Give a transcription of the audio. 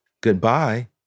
goodbye